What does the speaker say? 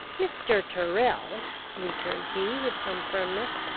mr. tyrrel! returned he, with some firmness,